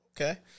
Okay